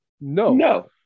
no